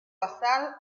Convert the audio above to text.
basal